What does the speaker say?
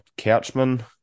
Couchman